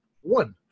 One